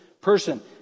person